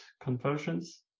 conversions